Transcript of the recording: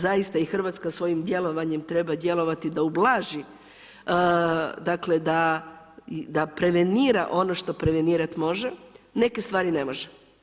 Zaista i Hrvatska svojim djelovanjem treba djelovati da ublaži dakle da prevenira ono što prevenirati može, neke stvari ne može.